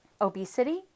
obesity